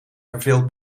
verveeld